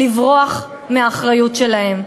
לברוח מהאחריות שלהם.